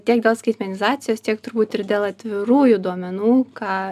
tiek dėl skaitmenizacijos tiek turbūt ir dėl atvirųjų duomenų ką